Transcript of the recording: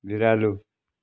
बिरालो